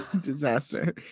disaster